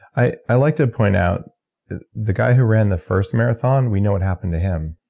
i i like to point out the guy who ran the first marathon, we know what happened to him.